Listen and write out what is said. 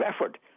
effort